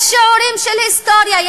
יש שיעורים של היסטוריה,